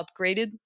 upgraded